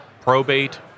probate